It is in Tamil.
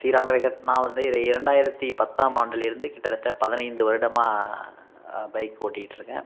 சீரான வேகத்தை நான் வந்து இதை இரண்டாயிரத்தி பத்தாம் ஆண்டுலேருந்து கிட்டத்தட்ட பதினைந்து வருடமாக பைக் ஓட்டிகிட்ருக்கேன்